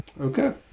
Okay